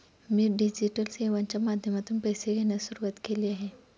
मी digital सेवांच्या माध्यमातून पैसे घेण्यास सुरुवात केली आहे